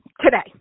today